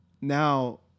now